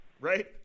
right